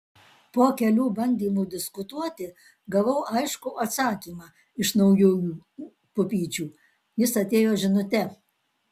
po kelių bandymų diskutuoti gavau aiškų atsakymą iš naujųjų pupyčių jis atėjo žinute